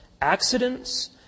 accidents